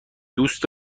دوست